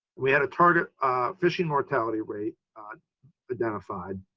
we had a target fishing mortality rate identified.